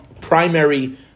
primary